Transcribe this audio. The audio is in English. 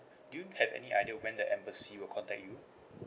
do you have any idea when the embassy will contact you